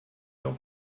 donc